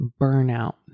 burnout